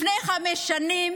לפני חמש שנים